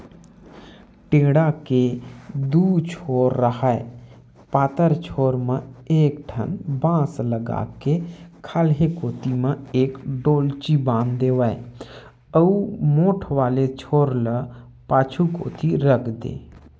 टेंड़ा के दू छोर राहय पातर छोर म एक ठन बांस लगा के खाल्हे कोती म एक डोल्ची बांध देवय अउ मोठ वाले छोर ल पाछू कोती रख देय